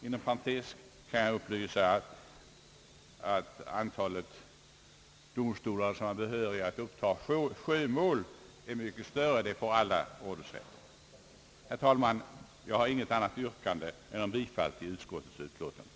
Inom parentes kan jag upplysa om att antalet domstolar med behörighet att uppta sjömål är mycket större — det får alla rådhusrätter göra. Herr talman! Jag har inget annat yrkande än bifall till utskottets hemställan.